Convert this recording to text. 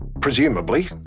presumably